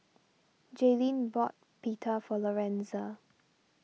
Jayleen bought Pita for Lorenza